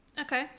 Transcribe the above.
Okay